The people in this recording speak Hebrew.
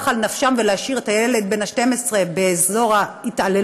על נפשן ולהשאיר את הילד בן ה-12 באזור ההתעללות,